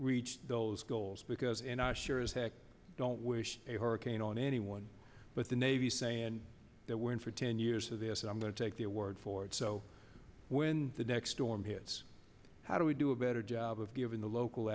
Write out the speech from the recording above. reach those goals because and i sure as heck don't wish a hurricane on anyone but the navy saying that we're in for ten years of this and i'm going to take their word for it so when the next storm hits how do we do a better job of giving the local